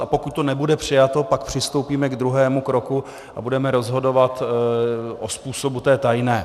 A pokud to nebude přijato, pak přistoupíme k druhému kroku a budeme rozhodovat o způsobu té tajné.